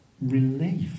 relief